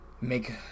make